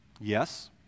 Yes